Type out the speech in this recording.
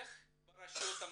לגבי הרשויות המקומיות,